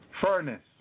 furnace